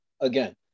again